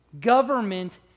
Government